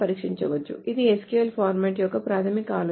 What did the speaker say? ఇది SQL format యొక్క ప్రాథమిక ఆలోచన